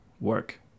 work